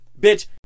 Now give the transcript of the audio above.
Bitch